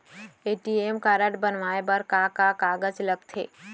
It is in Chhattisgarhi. ए.टी.एम कारड बनवाये बर का का कागज लगथे?